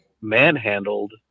manhandled